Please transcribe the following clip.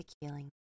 healing